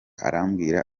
arambwira